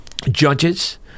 judges